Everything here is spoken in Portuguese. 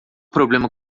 problema